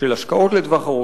של השקעות לטווח ארוך,